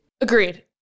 Agreed